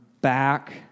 back